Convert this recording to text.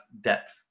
depth